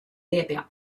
列表